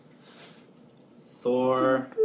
Thor